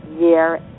year